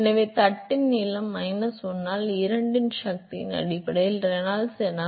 எனவே தட்டின் நீளம் மைனஸ் 1 ஆல் 2 இன் சக்தியின் அடிப்படையில் ரெனால்ட்ஸ் எண்ணாக 0